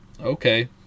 okay